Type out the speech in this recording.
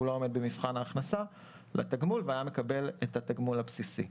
לא עומד במבחן ההכנסה לתגמול והיה מקבל את התגמול הבסיסי.